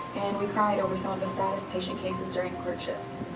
and we cried over some of the saddest patient cases during courtships.